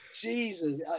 Jesus